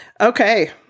okay